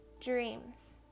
dreams